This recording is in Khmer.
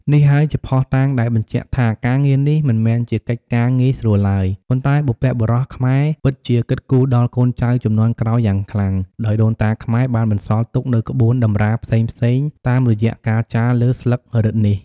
នេះហើយជាភស្តុតាងដែលបញ្ជាក់ថាការងារនេះមិនមែនជាកិច្ចការងាយស្រួលឡើយ ប៉ុន្តែបុព្វបុរសខ្មែរពិតជាគិតគូដល់កូនចៅជំនាន់ក្រោយយ៉ាងខ្លាំង ដោយដូនតាខ្មែរ បានបន្សល់ទុកនូវក្បូនតម្រាផ្សេងៗតាមរយៈការចារលើស្លឹករឹតនេះ។